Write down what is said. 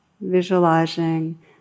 visualizing